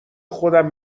خودم